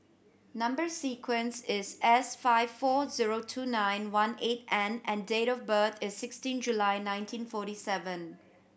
number sequence is S five four zero two nine one eight N and date of birth is sixteen July nineteen forty seven